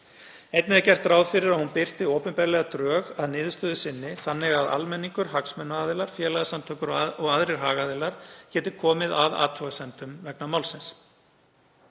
Einnig er gert ráð fyrir að hún birti opinberlega drög að niðurstöðu sinni þannig að almenningur, hagsmunaaðilar, félagasamtök og aðrir hagaðilar geti komið að athugasemdum vegna málsins.